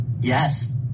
Yes